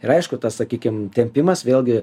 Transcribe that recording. ir aišku tas sakykim tempimas vėlgi